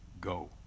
go